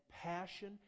passion